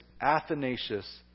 Athanasius